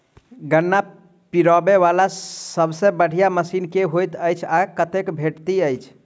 गन्ना पिरोबै वला सबसँ बढ़िया मशीन केँ होइत अछि आ कतह भेटति अछि?